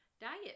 diet